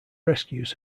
rescues